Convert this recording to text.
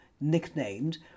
nicknamed